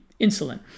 insulin